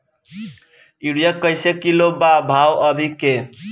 Urea कइसे kilo बा भाव अभी के?